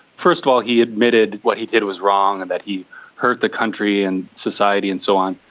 first of all he admitted what he did was wrong and that he hurt the country and society and so on.